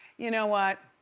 you know what?